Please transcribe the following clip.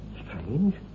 Strange